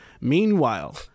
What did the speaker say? Meanwhile